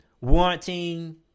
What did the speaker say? wanting